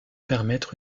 permettre